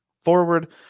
forward